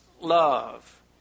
love